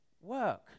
Work